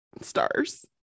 stars